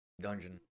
dungeon